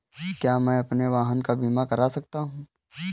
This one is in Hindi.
क्या मैं अपने वाहन का बीमा कर सकता हूँ?